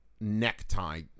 necktie